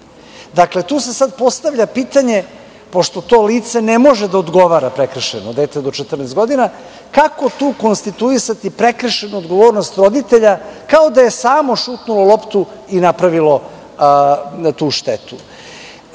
miru, tu se sad postavlja pitanje, pošto to lice ne može prekršajno da odgovora, dete do 14 godina, kako tu konstituisati prekršajnu odgovornost roditelja kao da je samo šutnulo loptu i napravilo tu štetu?